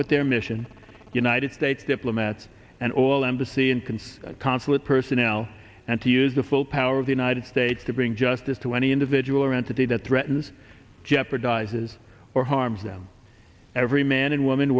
with their mission united states diplomats and all embassy and confess consulate personnel and to use the full power of the united states to bring justice to any individual or entity that threatens jeopardizes or harm them every man and woman